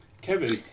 Kevin